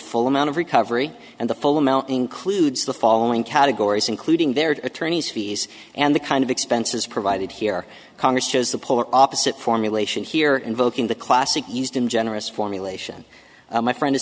full amount of recovery and the full amount includes the following categories including their attorneys fees and the kind of expenses provided here congress has the polar opposite formulation here invoking the classic used in generous formulation my friend